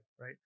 right